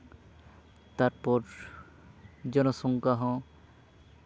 ᱛᱟᱨᱯᱚᱨ ᱡᱚᱱᱚᱥᱚᱝᱠᱷᱟ ᱦᱚᱸ